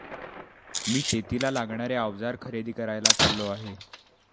मी शेतीला लागणारे अवजार खरेदी करायला चाललो आहे